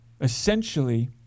Essentially